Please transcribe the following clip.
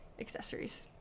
accessories